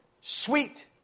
Sweet